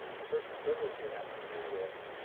assertion of privilege here has to do with